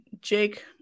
Jake